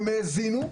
הם האזינו,